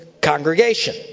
congregation